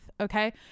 okay